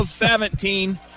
17